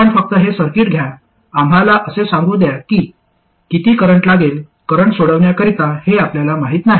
आपण फक्त हे सर्किट द्या आम्हाला असे सांगू द्या की किती करंट लागेल करंट सोडविण्याकरिता हे आपल्याला माहित नाही